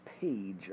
page